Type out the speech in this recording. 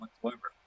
whatsoever